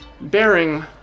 Bearing